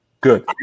Good